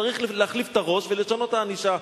צריך להחליף את הראש ולשנות את הענישה,